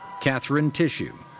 katherine tissue.